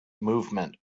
movement